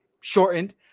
shortened